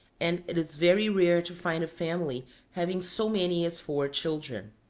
and it is very rare to find a family having so many as four children.